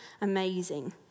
amazing